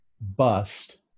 bust